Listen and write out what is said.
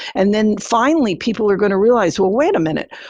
and then finally, people are going to realize, well, wait a minute,